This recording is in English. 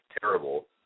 terrible